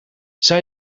zij